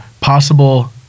possible